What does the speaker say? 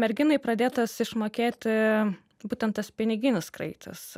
merginai pradėtas išmokėti būtent tas piniginis kraitis